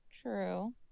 True